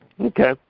Okay